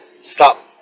Stop